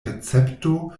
recepto